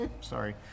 Sorry